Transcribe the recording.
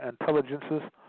intelligences